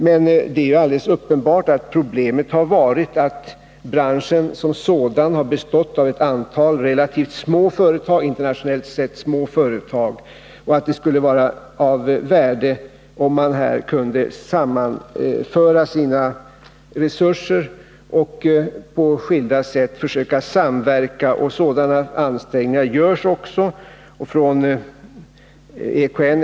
Men det är alldeles uppenbart att problemen varit att branschen som sådan bestått av ett antal internationellt sett relativt små företag och att det skulle vara av värde om man här kunde sammanföra resurserna och på skilda sätt försöka samverka. Sådana ansträngningar görs också.